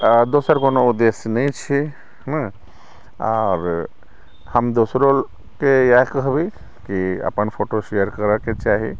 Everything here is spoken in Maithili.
दोसर कोनो उद्देश्य नहि छै हँ आओर हम दोसरोके इएह कहबै कि अपन फोटो शेयर करैके चाही